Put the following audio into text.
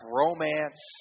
romance